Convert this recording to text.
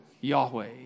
Yahweh